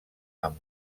amb